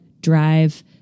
drive